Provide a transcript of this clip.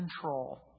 control